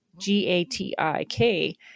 G-A-T-I-K